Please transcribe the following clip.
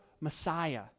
Messiah